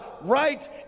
right